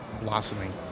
blossoming